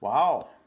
Wow